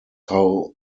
how